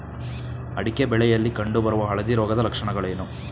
ಅಡಿಕೆ ಬೆಳೆಯಲ್ಲಿ ಕಂಡು ಬರುವ ಹಳದಿ ರೋಗದ ಲಕ್ಷಣಗಳೇನು?